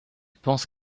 pense